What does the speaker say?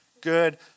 good